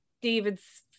David's